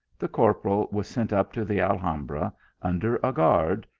the corporal was sent up to the alhambra under a guard,